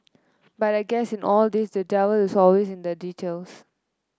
but I guess in all this the devil is always in the details